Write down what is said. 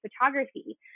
photography